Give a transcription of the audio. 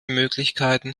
möglichkeiten